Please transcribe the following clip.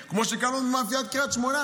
כמו שקרה לנו במאפיית קריית שמונה.